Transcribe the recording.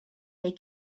they